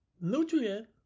nutrient